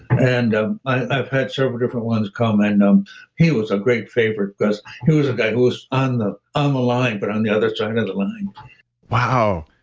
and ah i've had several different ones come and um he was a great favorite because he was a guy who was on the um ah line, but on the other side of the line wow.